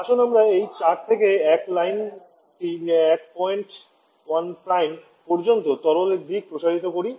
আসুন আমরা এই 4 থেকে 1 লাইনটি এক পয়েন্ট 1 পর্যন্ত তরল দিক পর্যন্ত প্রসারিত করি